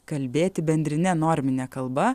kalbėti bendrine normine kalba